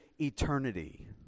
eternity